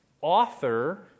author